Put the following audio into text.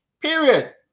period